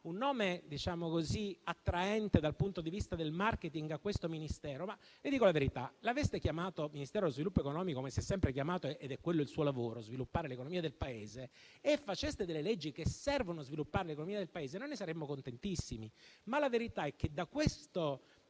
un nome attraente dal punto di vista del *marketing* a questo Ministero. Vi dico la verità: se l'aveste chiamato Ministero dello sviluppo economico, come si è sempre chiamato (perché è quello il suo lavoro, ossia sviluppare l'economia del Paese), e se faceste leggi che servono a sviluppare l'economia del Paese, ne saremmo contentissimi. La verità è che da questo